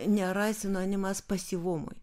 nėra sinonimas pasyvumui